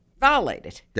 violated